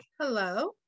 Hello